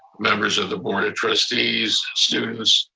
members of the board of trustees, students,